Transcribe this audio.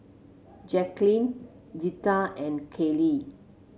Jacqulyn Zeta and Kaley